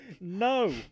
No